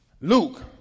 Luke